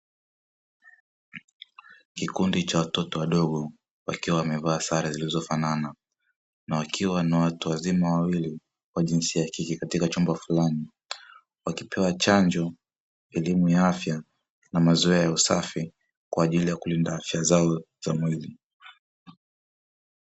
Kikundi cha watoto wadogo, wakiwa wamevaa sare zilizofanana na wakiwa na watu wazima wawili wa jinisa ya kike katika chumba fulani, wakipewa chanjo, elimu ya afya na mazoea ya usafi, kwa ajili ya kulinda afya zao za mwili.